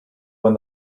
when